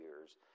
years